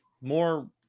more